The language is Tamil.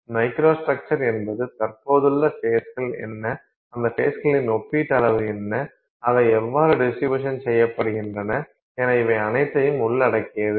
மைக்ரோஸ்ட்ரக்சர் என்பது தற்போதுள்ள ஃபேஸ்கள் என்ன அந்த ஃபேஸ்களின் ஒப்பீட்டு அளவு என்ன அவை எவ்வாறு டிஸ்ட்ரிப்யுசன் செய்யப்படுகின்றன என இவை அனைத்தையும் உள்ளடக்கியது